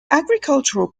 agricultural